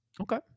okay